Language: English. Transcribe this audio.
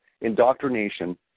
indoctrination